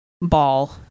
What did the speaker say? ball